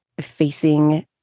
facing